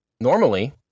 normally